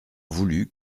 voulut